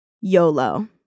YOLO